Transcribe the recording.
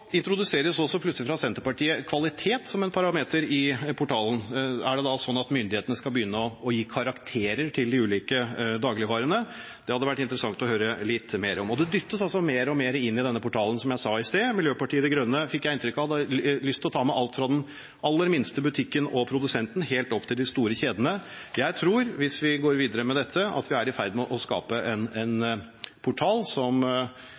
introduseres vi plutselig fra Senterpartiet for kvalitet som en parameter i portalen. Er det da sånn at myndighetene skal begynne å gi karakterer til de ulike dagligvarene? Det hadde det vært interessant å høre litt mer om. Det dyttes altså mer og mer inn i denne portalen. Og som jeg sa i sted: Miljøpartiet De Grønne fikk jeg inntrykk av hadde lyst til å ta med alt fra den aller minste butikken og produsenten helt opp til de store kjedene. Det høres ut som, hvis vi går videre med dette, at vi er i ferd med å skape en portal som blir en dagligvareportal, men som